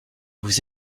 vous